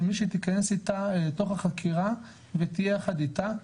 שמישהי תכנס איתה לתוך החקירה ותהיה יחד איתה.